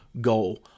goal